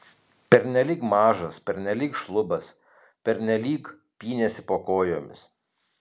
pernelyg mažas pernelyg šlubas pernelyg pynėsi po kojomis